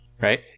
Right